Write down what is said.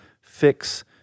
fix